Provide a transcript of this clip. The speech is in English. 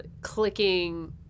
clicking